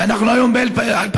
ואנחנו היום ב-2017.